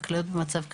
הכוליות במצב קשה,